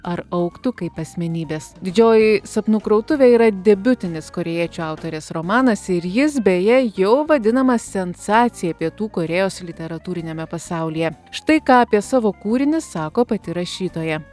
ar augtų kaip asmenybės didžioji sapnų krautuvė yra debiutinis korėjiečių autorės romanas ir jis beje jau vadinamas sensacija pietų korėjos literatūriniame pasaulyje štai ką apie savo kūrinį sako pati rašytoja